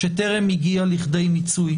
שטרם הגיע לכדי מיצוי,